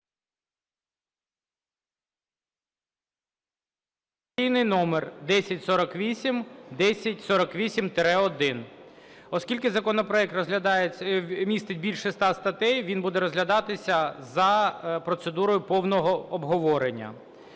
Оскільки законопроект містить більше 100 статей, він буде розглядатися за процедурою повного обговорення.